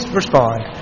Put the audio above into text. respond